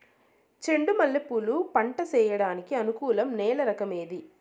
చెండు మల్లె పూలు పంట సేయడానికి అనుకూలం నేల రకం ఏది